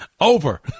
Over